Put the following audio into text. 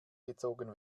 gezogen